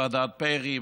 ועדת פרי,